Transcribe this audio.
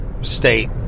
state